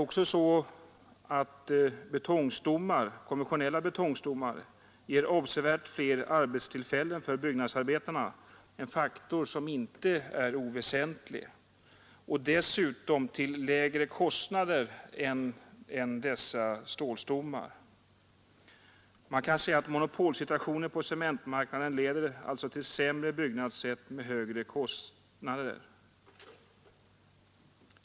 Vidare ger konventionella betongstommar avsevärt fler arbetstillfällen för byggnadsarbetarna, en faktor som inte är oväsentlig, och dessutom till lägre kostnader än dessa stålstommar. Monopolsituationen på cementmarknaden leder alltså till sämre byggnadssätt med högre kostnader.